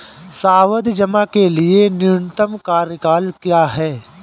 सावधि जमा के लिए न्यूनतम कार्यकाल क्या है?